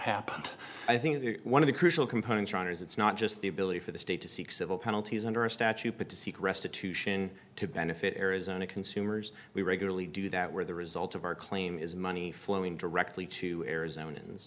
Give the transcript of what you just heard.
happened i think one of the crucial components runners it's not just the ability for the state to seek civil penalties under a statute but to seek restitution to benefit arizona consumers we regularly do that where the result of our claim is money flowing directly to arizona a